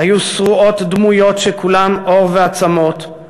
היו שרועות דמויות שכולן עור ועצמות,